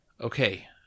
Okay